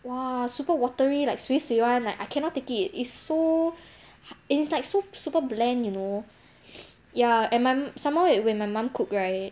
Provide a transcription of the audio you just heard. way better than the food court opposite the food court [one] is like !wah! super watery like 水水 [one] like I cannot take it's so it is like so super super blend you know ya and some more when my mom cook right